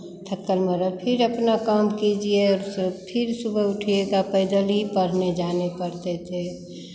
थक कर मरा फिर अपना काम कीजिए और फिर सुबह उठिएगा पैदल ही पढ़ने जाने पड़ते थे